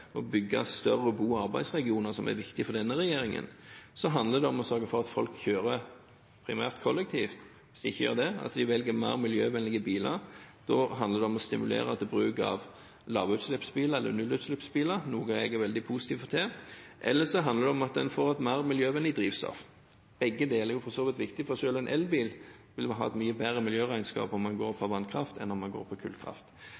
og fra skole – er å bygge større bo- og arbeidsregioner, noe som er viktig for denne regjeringen. Så handler det om å sørge for at folk primært kjører kollektivt, og – hvis de ikke gjør det – at de velger mer miljøvennlige biler. Da handler det om å stimulere til bruk av lavutslippsbiler eller nullutslippsbiler – noe jeg er veldig positiv til å få til – eller om at en får et mer miljøvennlig drivstoff. Begge deler er for så vidt viktig, for selv en elbil vil ha et mye bedre miljøregnskap om den går